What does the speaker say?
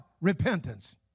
repentance